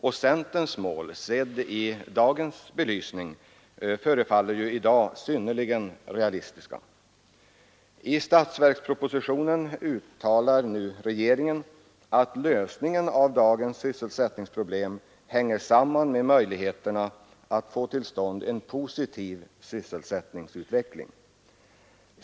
Centerns mål förefaller ju, sett i dagens belysning, synnerligen realistiskt. I statsverkspropositionen uttalar regeringen att lösningen av dagens sysselsättningproblem hänger samman med möjligheterna att få till stånd en positiv sysselsättningsutveckling.